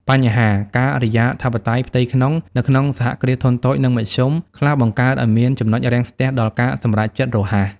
បញ្ហា "ការិយាធិបតេយ្យផ្ទៃក្នុង" នៅក្នុង សហគ្រាសធុនតូច និងមធ្យម ខ្លះ បង្កើតឱ្យមានចំណុចរាំងស្ទះដល់ការសម្រេចចិត្តរហ័ស។